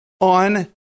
on